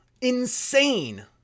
Insane